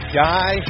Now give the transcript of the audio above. guy